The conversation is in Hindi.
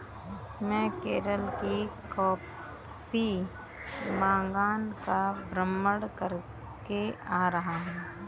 मैं केरल के कॉफी बागान का भ्रमण करके आ रहा हूं